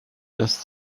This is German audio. das